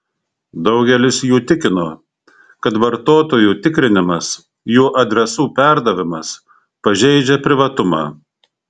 daugelis jų tikino kad vartotojų tikrinimas jų adresų perdavimas pažeidžia privatumą